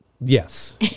Yes